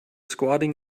squatting